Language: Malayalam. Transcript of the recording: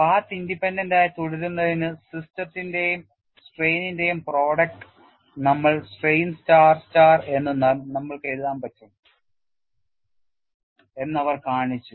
പാത്ത് ഇൻഡിപെൻഡന്റായി തുടരുന്നതിനു സ്ട്രെസ്സിന്റെയും സ്ട്രെയ്നിന്റെയും പ്രോഡക്റ്റ് നമ്മൾ സ്ട്രെയിൻ സ്റ്റാർ സ്ട്രെയിൻ എന്ന് നമ്മൾക്കു എഴുതാൻ പറ്റും എന്ന് അവർ കാണിച്ചു